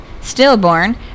Stillborn